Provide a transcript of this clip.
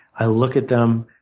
i look at them.